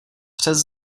přes